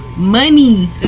money